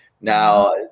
Now